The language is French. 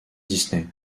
disney